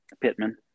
Pittman